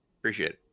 Appreciate